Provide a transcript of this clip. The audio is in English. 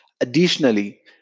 Additionally